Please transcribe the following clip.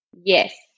yes